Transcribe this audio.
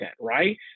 right